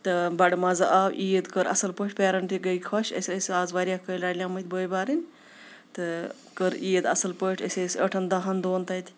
تہٕ بَڑٕ مَزٕ آو عیٖد کٔر اَصٕل پٲٹھۍ پیرَنٛٹ گٔے خۄش أسۍ ٲسۍ اَز واریاہ کٲلۍ رَلیمٕتۍ بٔے بارٕنۍ تہٕ کٔر عیٖد اَصٕل پٲٹھۍ أسۍ ٲسۍ ٲٹھَن دَہَن دوٚہَن تَتہِ